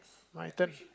my turn